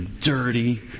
dirty